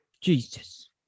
Jesus